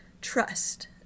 trust